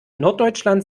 norddeutschland